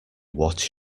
what